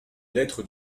lettres